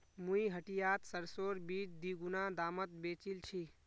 मुई हटियात सरसोर बीज दीगुना दामत बेचील छि